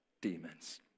demons